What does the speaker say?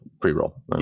pre-roll